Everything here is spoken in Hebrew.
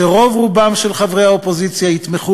שרוב-רובם של חברי האופוזיציה יתמכו